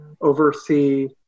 oversee